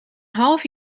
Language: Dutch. half